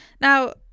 now